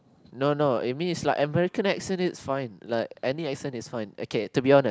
no no it means like American accent is fine like any accent is fine okay to be honest